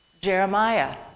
Jeremiah